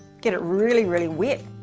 get it really, really wet,